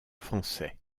français